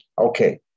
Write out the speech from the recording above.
Okay